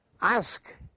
Ask